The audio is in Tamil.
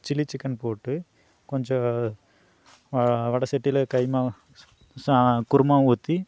சில்லி சிக்கன் போட்டு கொஞ்சம் வடை சட்டியில கைமா குருமா ஊற்றி